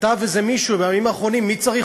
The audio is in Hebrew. כתב איזה מישהו בימים האחרונים: מי צריך